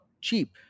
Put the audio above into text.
cheap